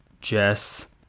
Jess